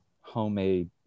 homemade